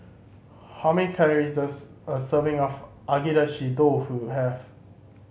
how many calories does a serving of Agedashi Dofu have